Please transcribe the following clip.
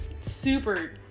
Super